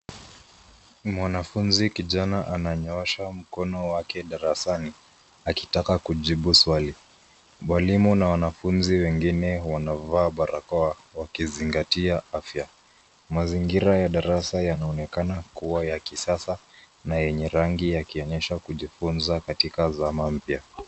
Mwanafunzi kijana ananyoosha mkono wake darasani akitaka kujibu swali. Mwalimu na wanafunzi wengine wanavaa barakoa wakizingatia afya. Mazingira ya darasa yanaonekana kuwa ya kisasa na yenye rangi yakionyesha kujifunza katika zama mpya.